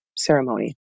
ceremony